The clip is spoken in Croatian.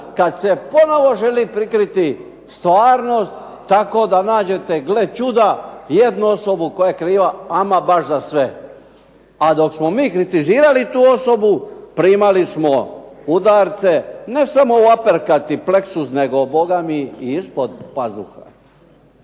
kad se ponovo želi prikriti stvarnost tako da nađete gle čuda jednu osobu koja je kriva ama baš za sve. A dok smo mi kritizirali tu osobu primali smo udarce ne samo aperkat i pleksus nego Boga mi i ispod pazuha.